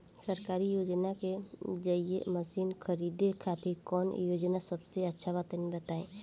सरकारी योजना के जरिए मशीन खरीदे खातिर कौन योजना सबसे अच्छा बा तनि बताई?